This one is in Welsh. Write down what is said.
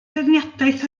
beirniadaeth